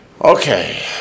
Okay